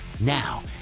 Now